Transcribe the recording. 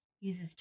uses